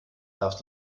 darfst